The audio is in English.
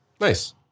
nice